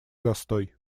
застой